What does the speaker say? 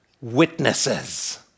witnesses